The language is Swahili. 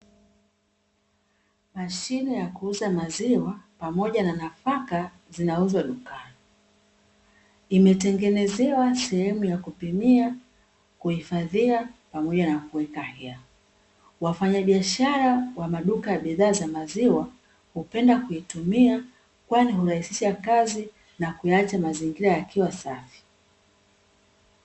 Mashine ya kuuza maziwa pamoja na nafaka zinauzwa dukani. Imetengenezewa sehemu ya kupimia, kuhifadhia pamoja na kuweka hela. Wafanyabiashara wa maduka ya bidhaa za maziwa, hupenda kuitumia kwani hurahisisha kazi na kuyaacha mazingira yakiwa safi.